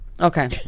Okay